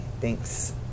Thanks